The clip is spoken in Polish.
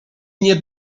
nie